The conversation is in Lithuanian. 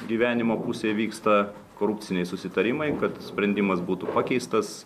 gyvenimo pusėj vyksta korupciniai susitarimai kad sprendimas būtų pakeistas